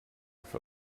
for